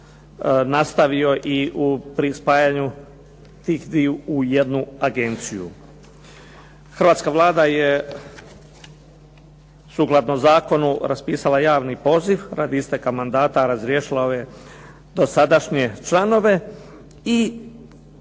nastavio i pri spajanju tih dviju u jednu agenciju. Hrvatska Vlada je sukladno zakonu raspisala javni poziv radi isteka mandata razriješila ove dosadašnje članove i